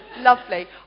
Lovely